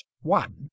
one